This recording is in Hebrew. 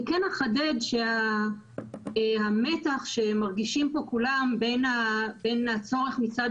אני כן אחדד שהמתח שמרגישים פה כולם בין הצורך מצד